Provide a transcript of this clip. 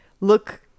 look